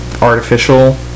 artificial